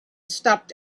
stopped